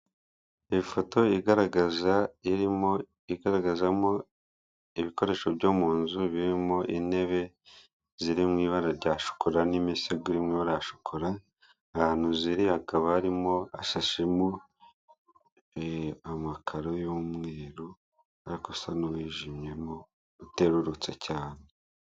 Ifoto igaragaza irimo igaragazamo ibikoresho byo mu nzu birimo intebe ziri mu ibara rya shokora n'imisego iri mu ibara rya shokora, ahantu ziri hakaba harimo hasashemo amakaro y'umweru ubona ko asa n'uwijimye uterutsa cyane.